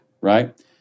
right